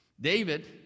David